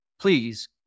please